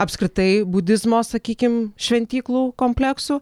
apskritai budizmo sakykim šventyklų kompleksų